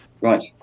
Right